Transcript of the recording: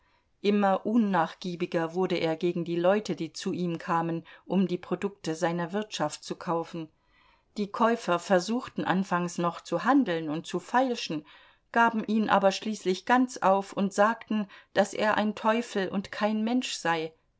immer unnachgiebiger wurde er gegen die leute die zu ihm kamen um die produkte seiner wirtschaft zu kaufen die käufer versuchten anfangs noch zu handeln und zu feilschen gaben ihn aber schließlich ganz auf und sagten daß er ein teufel und kein mensch sei